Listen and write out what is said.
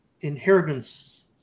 inheritance